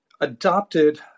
adopted